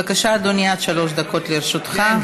בבקשה, אדוני, עד שלוש דקות לרשותך.